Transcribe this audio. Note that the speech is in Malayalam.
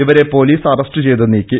ഇവരെ പൊലീസ് അറസ്റ്റു ചെയ്തു നീക്കി